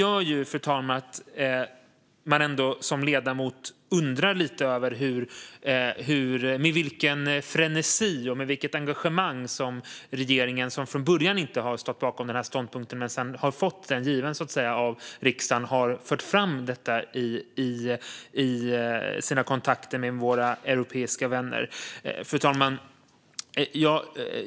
Detta gör att man som ledamot undrar lite över med vilken frenesi och vilket engagemang som regeringen, som inte från början har stått bakom ståndpunkten men som sedan har fått den given av riksdagen, har fört fram detta i sina kontakter med våra europeiska vänner. Fru talman!